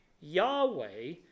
yahweh